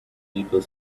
people